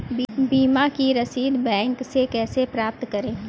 बीमा की रसीद बैंक से कैसे प्राप्त करें?